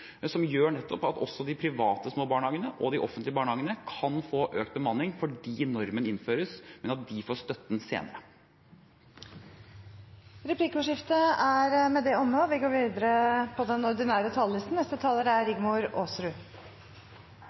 som gjør nettopp at også de private, små barnehagene – og de offentlige barnehagene – kan få økt bemanning fordi normen innføres, men at de får støtten senere. Replikkordskiftet er omme. Årets reviderte nasjonalbudsjett er med få unntak akkurat det